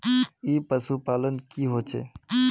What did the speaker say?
ई पशुपालन की होचे?